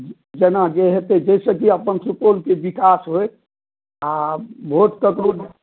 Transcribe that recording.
जेना जे हेतै जाहिसॅं की अपन सुपौलके विकास होइ आ वोट तऽ